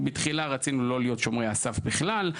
בתחילה רצינו לא להיות שומרי הסף בכלל,